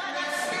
לוועדת הכנסת.